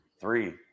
three